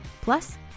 Plus